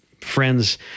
friends